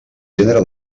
gènere